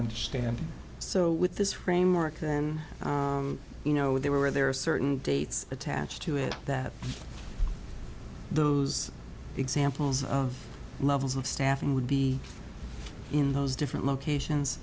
understanding so with this framework then you know there were there are certain dates attached to it that those examples of levels of staffing would be in those different locations